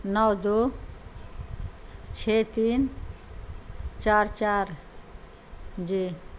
نو دو چھ تین چار چار جی